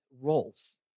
roles